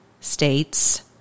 States